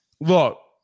look –